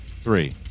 three